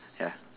ya